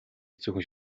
хэцүү